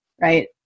right